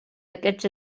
aquests